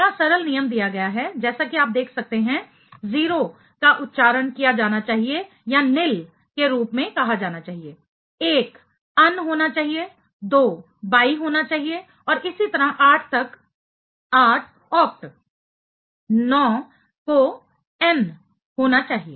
यहां सरल नियम दिया गया है जैसा कि आप देख सकते हैं 0 का उच्चारण किया जाना चाहिए या निल के रूप में कहा जाना चाहिए 1 अन होना चाहिए 2 बाई होना चाहिए और इसी तरह 8 तक 8 अक्ट 9 को ईएन होना चाहिए